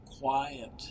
quiet